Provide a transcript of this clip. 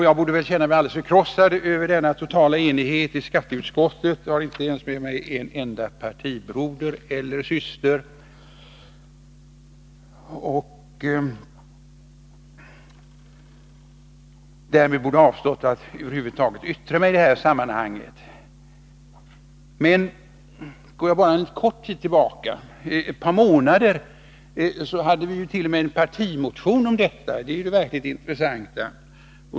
Jag borde väl känna mig alldeles förkrossad över denna totala enighet i skatteutskottet — jag har inte ens med mig en enda partibroder eller syster. Därför borde jag kanske avstå från att över huvud taget yttra mig i det här sammanhanget. Men går vi bara en kort tid tillbaka, ett par månader, hade vi t.o.m. en partimotion om detta, och det är ju det verkligt intressanta.